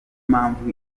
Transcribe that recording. mpamvu